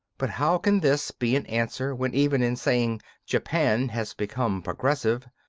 but how can this be an answer when even in saying japan has become progressive,